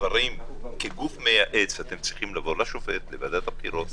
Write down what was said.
כגוף מייעץ אתם צריכים לבוא לשופט ולוועדת הבחירות,